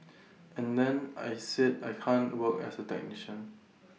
and then I said I can't work as A technician